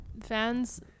fans